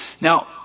Now